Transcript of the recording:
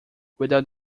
without